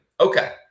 Okay